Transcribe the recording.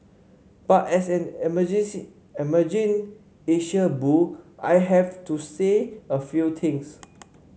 but as an emergence emerging Asia bull I have to say a few things